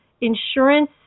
Insurance